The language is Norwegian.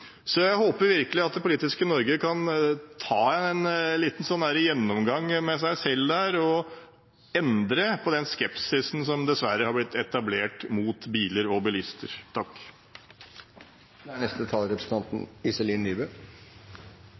Jeg håper virkelig at det politiske Norge kan ta en liten gjennomgang med seg selv og endre på den skepsisen som dessverre har blitt etablert mot biler og bilister.